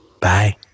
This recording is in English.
Bye